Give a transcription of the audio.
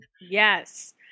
Yes